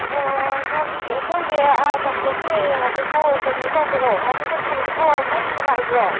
ꯑꯣ ꯁꯣꯝꯒꯤ ꯑꯥ ꯀꯥꯡꯄꯣꯛꯄꯤ ꯑꯦꯔꯤꯌꯥꯗꯨꯕꯨ ꯀꯩꯅꯣ ꯇꯧꯕ꯭ꯔꯣ ꯋꯥꯔꯗ ꯅꯝꯕꯔ ꯇꯨꯗꯨꯕꯨ ꯃꯩ ꯅꯨꯡꯉꯥꯏꯕ꯭ꯔꯣ